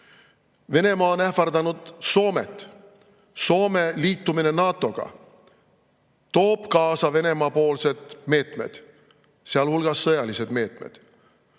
Venemaa on ähvardanud Soomet. Soome liitumine NATO-ga toob kaasa Venemaa-poolsed meetmed, sealhulgas sõjalised meetmed.